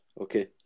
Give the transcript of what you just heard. Okay